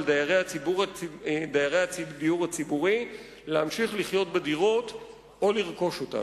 דיירי הדיור הציבורי להמשיך לחיות בדירות או לרכוש אותן.